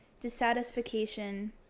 dissatisfaction